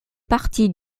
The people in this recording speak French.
partie